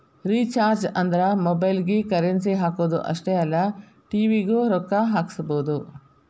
recharges ಅಂದ್ರ ಮೊಬೈಲ್ಗಿ currency ಹಾಕುದ್ ಅಷ್ಟೇ ಅಲ್ಲ ಟಿ.ವಿ ಗೂ ರೊಕ್ಕಾ ಹಾಕಸಬೋದು